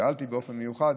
שאלתי באופן מיוחד.